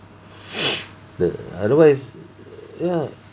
the otherwise ya